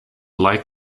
like